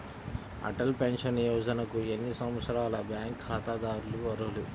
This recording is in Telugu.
అటల్ పెన్షన్ యోజనకు ఎన్ని సంవత్సరాల బ్యాంక్ ఖాతాదారులు అర్హులు?